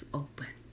open